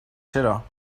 sheila